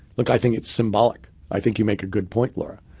look, i think it's symbolic. i think you make a good point, laura.